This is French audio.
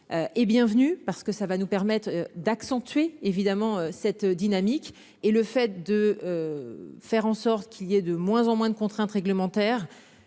Et bienvenue, parce que ça va nous permettre d'accentuer évidemment cette dynamique et le fait de. Faire en sorte qu'il y ait de moins en moins de contraintes réglementaires